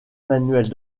manuels